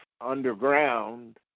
underground